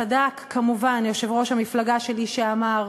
צדק כמובן יושב-ראש המפלגה שלי שאמר: